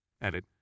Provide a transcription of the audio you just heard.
Edit